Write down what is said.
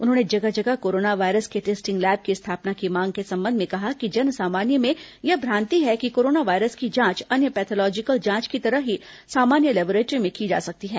उन्होंने जगह जगह कोरोना वायरस के टेस्टिंग लैब की स्थापना की मांग के संबंध कहा कि जन सामान्य में यह भ्रांति है कि कोरोना वायरस की जांच अन्य पैथालॉजिकल जांच की तरह ही सामान्य लैबोरेटरी में की जा सकती है